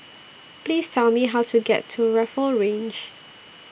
Please Tell Me How to get to Rifle Range